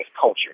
culture